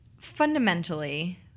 fundamentally